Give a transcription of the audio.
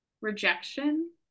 rejection